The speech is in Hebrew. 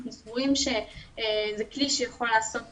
אנחנו סבורים שזה כלי שיכול לעשות